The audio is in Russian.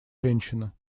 женщина